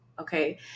okay